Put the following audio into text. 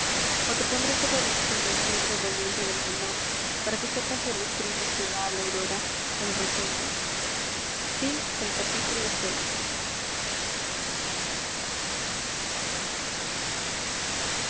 mal o te pondré sobre los pinos libro doliente de mi amor para que sepas de los trinos que da a la aurora el ruiseñor